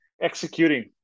executing